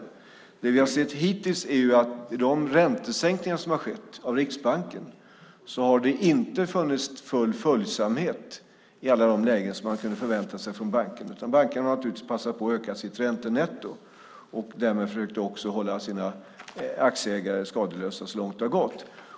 Det som vi har sett hittills är att det inte har funnits full följsamhet i alla de lägen som man kunde förvänta sig från bankerna för de räntesänkningar som har gjorts av Riksbanken, utan bankerna har naturligtvis passat på att öka sitt räntenetto och därmed också försökt hålla sina aktieägare skadeslösa så långt det har gått.